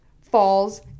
falls